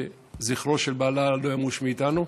זכרו של בעלה לא ימוש מאיתנו.